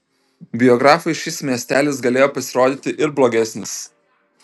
biografui šis miestelis galėjo pasirodyti ir blogesnis